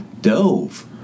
dove